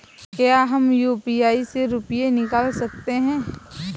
क्या हम यू.पी.आई से रुपये निकाल सकते हैं?